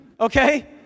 Okay